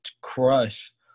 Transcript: crush